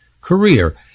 career